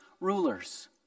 rulers